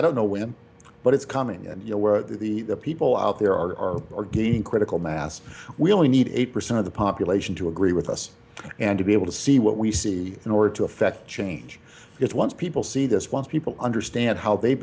i don't know when but it's coming and you know where the people out there are are getting critical mass we only need eight percent of the population to agree with us and to be able to see what we see in order to effect change because once people see this once people understand how they've